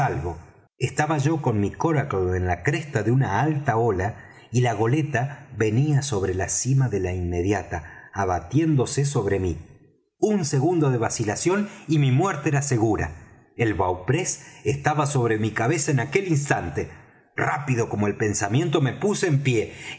estaba yo con mi coracle en la cresta de un alta ola y la goleta venía sobre la cima de la inmediata abatiéndose sobre mí un segundo de vacilación y mi muerte era segura el bauprés estaba sobre mi cabeza en aquel instante rápido como el pensamiento me puse en pie